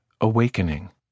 Awakening